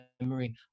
memory